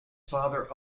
father